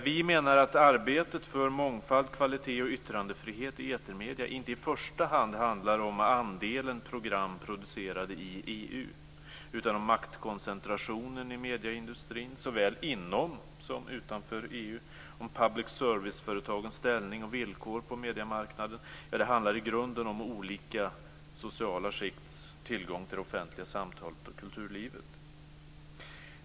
Vi menar att arbetet för mångfald, kvalitet och yttrandefrihet i etermedier inte i första hand handlar om andelen program producerade i EU utan om maktkoncentrationen i medieindustrin såväl inom som utanför EU, och om public service-företagens ställning och villkor på mediemarknaden. Ja, i grunden handlar det om olika sociala skikts tillgång till det offentliga samtalet och kulturlivet.